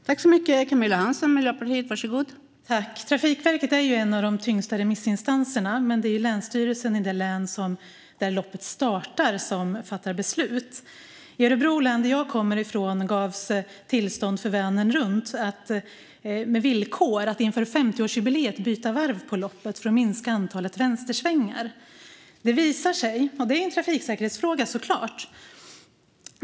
Fru talman! Trafikverket är en av de tyngsta remissinstanserna, men det är länsstyrelsen i det län där loppet startar som fattar beslut. I Örebro län, som jag kommer från, gavs tillstånd för Vänern Runt med villkoret att inför 50-årsjubileet byta varv på loppet för att minska antalet vänstersvängar. Detta är såklart en trafiksäkerhetsfråga.